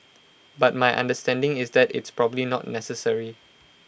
but my understanding is that it's probably not necessary